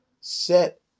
set